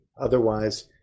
Otherwise